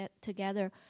together